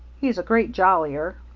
he's a great jollier.